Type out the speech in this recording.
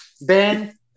Ben